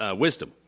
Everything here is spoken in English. ah wisdom.